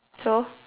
so